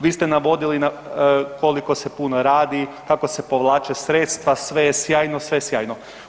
Vi ste navodili koliko se puno radi, kako se povlače sredstva, sve je sjajno, sve je sjajno.